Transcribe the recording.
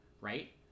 right